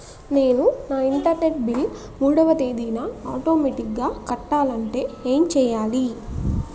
నేను నా internet bill మూడవ తేదీన ఆటోమేటిగ్గా కట్టాలంటే ఏం చేయాలి?